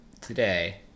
today